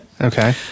Okay